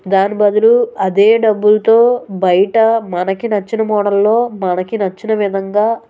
దాని బదులు అదే డబ్బులుతో బయట మనకి నచ్చిన మోడల్లో మనకి నచ్చిన విధంగా